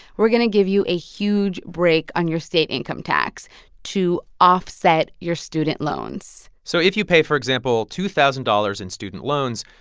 we're going to give you a huge break on your state income tax to offset your student loans so if you pay, for example, two thousand dollars in student loans,